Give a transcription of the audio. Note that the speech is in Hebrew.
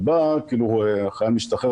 שבו החייל משתחרר,